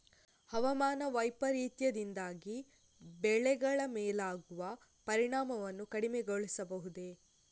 ಹವಾಮಾನ ವೈಪರೀತ್ಯದಿಂದಾಗಿ ಬೆಳೆಗಳ ಮೇಲಾಗುವ ಪರಿಣಾಮವನ್ನು ಕಡಿಮೆಗೊಳಿಸಬಹುದೇ?